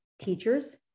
teachers